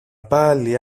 πάλι